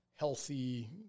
healthy